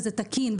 וזה תקין,